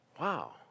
Wow